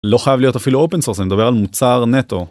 לא חייב להיות אפילו אופן סורס אני מדבר על מוצר נטו